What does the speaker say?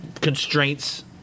constraints